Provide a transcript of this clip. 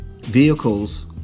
vehicles